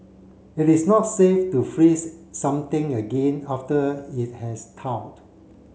it is not safe to freeze something again after it has thawed